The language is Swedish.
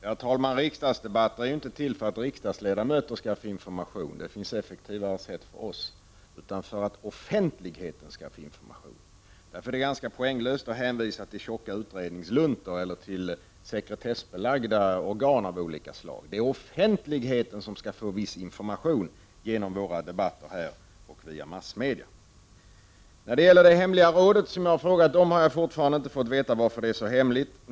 Herr talman! Riksdagsdebatter är inte till för att riksdagsledamöter skall få information — det finns effektivare sätt att åstadkomma det — utan för att offentligheten skall få information. Därför är det ganska poänglöst att hänvisa till tjocka utredningsluntor eller till sekretessbelagda organ av olika slag. Det är offentligheten som skall få viss information genom våra debatter via massmedia. När det gäller det hemliga rådet som jag har frågat om har jag fortfarande inte fått veta varför det är så hemligt.